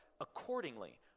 accordingly—